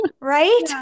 right